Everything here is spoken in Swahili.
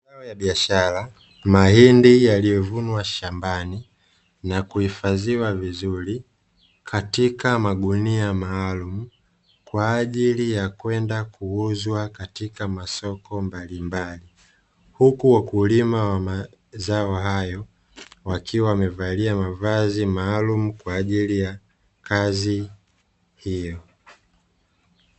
Mazao ya biashara, mahindi yaliyovunwa shambani na kuhifadhiwa vizuri katika magunia maalumu, kwa ajili ya kwenda kuuzwa katika masoko mbalimbali huku wakulima wa mazao hayo, wakiwa wamevalia mavazi maalumu kwa ajili ya kazi hiyo.